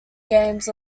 games